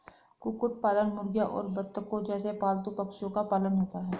कुक्कुट पालन मुर्गियों और बत्तखों जैसे पालतू पक्षियों का पालन होता है